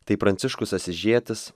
tai pranciškus asyžietis